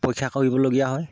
পৰীক্ষা কৰিবলগীয়া হয়